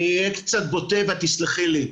אני אהיה קצת בוטה, ואת תסלחי לי.